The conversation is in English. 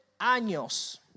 años